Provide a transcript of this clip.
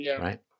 right